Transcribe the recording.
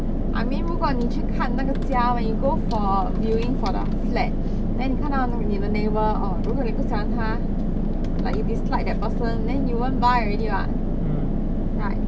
I mean 如果你去看那个家 when you go for viewing for the flat then 你看到那个你的 neighbour orh 如果你不喜欢 like you dislike that person then you won't buy already [what] right